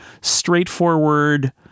straightforward